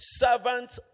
servants